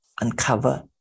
uncover